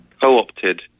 co-opted